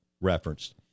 referenced